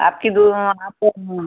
आपकी आपके हाँ